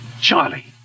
Charlie